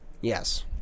Yes